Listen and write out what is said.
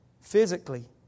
physically